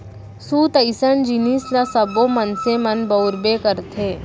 सूत असन जिनिस ल सब्बो मनसे मन बउरबे करथे